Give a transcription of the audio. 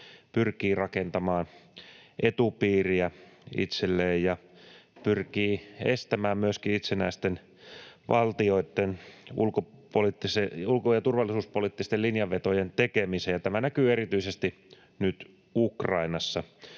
pyrkii rakentamaan etupiiriä itselleen ja pyrkii estämään myöskin itsenäisten valtioitten ulko‑ ja turvallisuuspoliittisten linjanvetojen tekemisen. Tämä näkyy erityisesti nyt Ukrainassa,